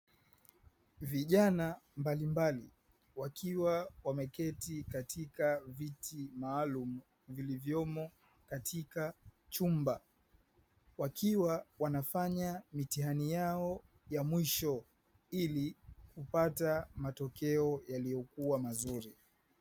Vijana mbalimbali wakiwa wameketi katika viti maalumu vilivyomo katika chumba, wakiwa wanafanya mitihani yao ya mwisho ili kupata matokeo yaliyokua mazuri.